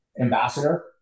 ambassador